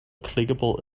clickable